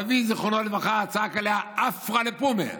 אבי, זיכרונו לברכה, צעק עליה: עפרא לפומיה,